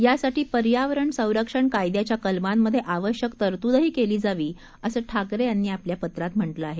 यासाठीपर्यावरणसंरक्षणकायद्याच्याकलमांमध्येआवश्यकतरतुदहीकेलीजावी असंठाकरेयांनीआपल्यापत्रातम्ह मिंआहे